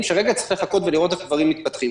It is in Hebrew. שרגע צריך לחכות ולראות איך דברים מתפתחים.